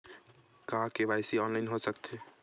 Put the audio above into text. का KYC online हो सकथे?